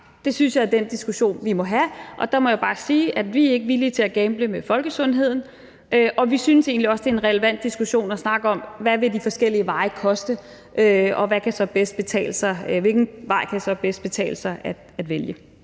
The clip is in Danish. Det synes jeg er den diskussion, vi må have, og der må jeg bare sige, at vi ikke er villige til at gamble med folkesundheden, og vi synes egentlig også, at det er relevant at have en diskussion om, hvad de forskellige veje vil koste, og hvilken vej det så bedst kan betale sig at vælge.